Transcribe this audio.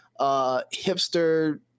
hipster